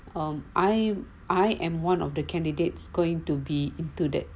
um I I am one of the candidates going to be into that